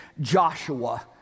joshua